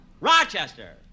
Rochester